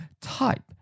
type